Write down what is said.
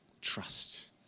Trust